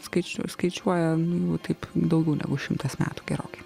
skaič skaičiuoja nu jau taip daugiau negu šimtas metų gerokai